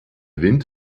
wind